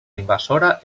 invasora